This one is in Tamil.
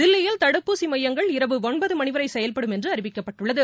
தில்லியில் தடுப்பூசி மையங்கள் இரவு ஒன்பது மணி வரை செயல்படும் என்று அறிவிக்கப்பட்டுள்ளது